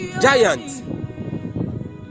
giant